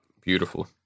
Beautiful